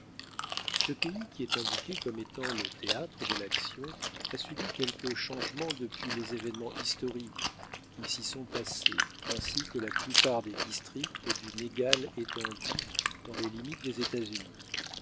le pays qui est indiqué comme étant le théâtre de l'action a subi quelques changements depuis les événements historiques qui s'y sont passés ainsi que la plupart des districts d'une égale étendue dans les limites des états-unis